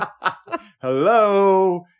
Hello